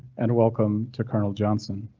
and welcome to colonel johnson.